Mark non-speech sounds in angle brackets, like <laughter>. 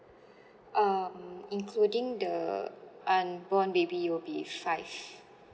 <breath> um including the unborn baby it will be five